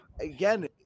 Again